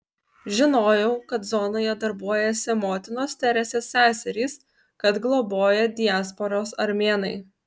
žinojau kad zonoje darbuojasi motinos teresės seserys kad globoja diasporos armėnai